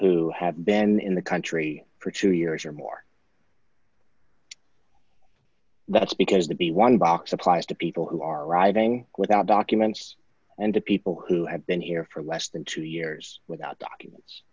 who have been in the country for two years or more that's because the b one box applies to people who are arriving without documents and to people who have been here for less than two years without documents